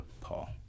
Paul